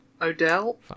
O'Dell